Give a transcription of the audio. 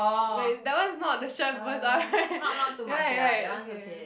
wait that one is not the shirt bazaar right right okay